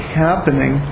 happening